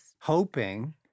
hoping—